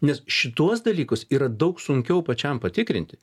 nes šituos dalykus yra daug sunkiau pačiam patikrinti